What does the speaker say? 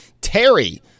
terry